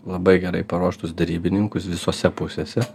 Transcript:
labai gerai paruoštus derybininkus visose pusėse